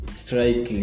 strike